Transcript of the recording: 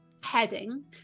heading